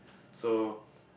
so